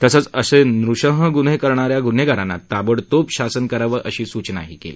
तसच असे नृशंस गुन्हे करणाऱ्या गुन्हेगारांना ताबडतोब शासन करावं अशी सूचनाही केली